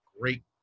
great